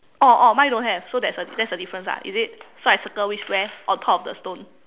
oh oh mine don't have so that's that's a difference ah is it so I circle which where on top of the stone